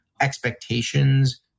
expectations